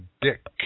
dick